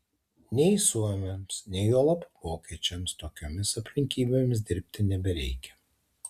nei suomiams nei juolab vokiečiams tokiomis aplinkybėmis dirbti nebereikia